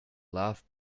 love